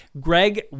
Greg